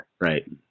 right